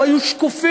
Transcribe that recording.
הם היו שקופים,